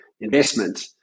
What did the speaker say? investment